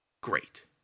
great